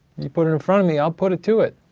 you put it in front of me, i'll put it to it.